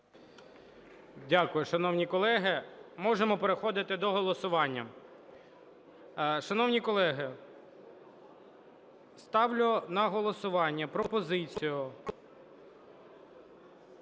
Дякую, шановні колеги. Можемо переходити до голосування. Шановні колеги, ставлю на голосування пропозицію